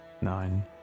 nine